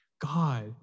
God